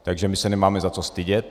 Takže my se nemáme za co stydět.